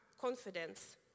confidence